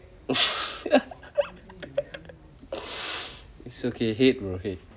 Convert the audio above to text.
it's okay hate will hate